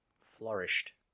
flourished